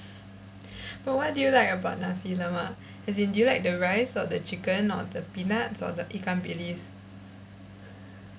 but what do you like about nasi lemak as in do you like the rice or the chicken or the peanuts or the ikan bilis